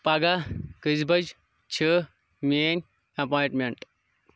پَگہہ کٔژِ بجہِ چھِ میٲنۍ اپوینتمینت